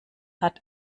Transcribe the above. hat